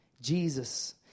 Jesus